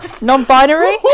Non-binary